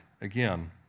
again